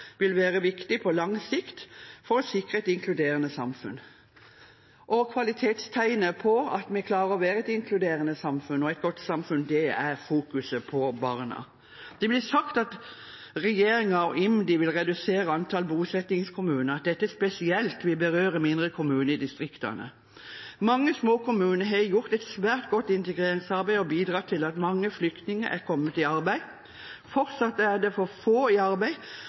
vil være viktig på lang sikt for å sikre et inkluderende samfunn. Kvalitetstegnet på at vi klarer å være et inkluderende og godt samfunn, er at det fokuseres på barna. Det blir sagt at regjeringen og IMDi vil redusere antall bosettingskommuner, og at dette spesielt vil berøre mindre kommuner i distriktene. Mange små kommuner har gjort et svært godt integreringsarbeid og har bidratt til at mange flyktninger er kommet i arbeid. Fortsatt er det for få i arbeid,